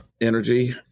energy